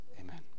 Amen